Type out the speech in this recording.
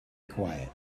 quiet